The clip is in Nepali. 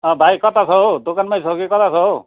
अँ भाइ कता छ हौ दोकानमा छौ कि कता छ हौ